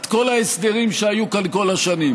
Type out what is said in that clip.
את כל ההסדרים שהיו כאן כל השנים.